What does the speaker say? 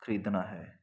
ਖਰੀਦਣਾ ਹੈ